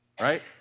right